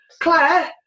Claire